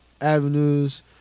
avenues